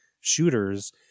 shooters